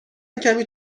کمی